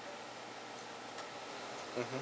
mmhmm